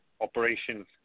operations